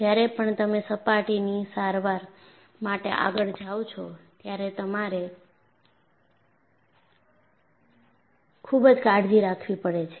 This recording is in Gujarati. જ્યારે પણ તમે સપાટીની સારવાર માટે આગળ જાઓ છો ત્યારે તમારે ખૂબ જ કાળજી રાખવી પડે છે